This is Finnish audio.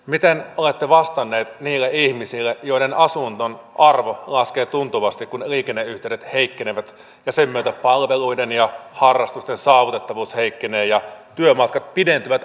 miten olette vastannut niille ihmisille joiden asunnon arvo laskee tuntuvasti kun liikenneyhteydet heikkenevät ja sen myötä palveluiden ja harrastusten saavutettavuus heikkenee ja työmatkat pidentyvät ajallisesti